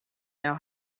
now